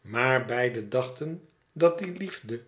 maar beide dachten dat die liefde